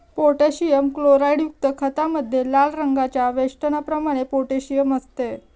potassium क्लोराईडयुक्त खतामध्ये लाल रंगाच्या वेष्टनाप्रमाणे पोटॅशियम असते